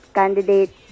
candidate